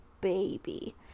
baby